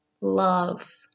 Love